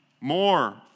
more